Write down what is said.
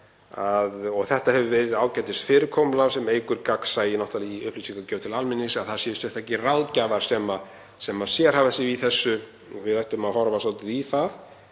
máli. Það hefur verið ágætisfyrirkomulag sem eykur gagnsæi í upplýsingagjöf til almennings að það séu sérstakir ráðgjafar sem sérhæfa sig í þessu og við ættum að horfa svolítið í það.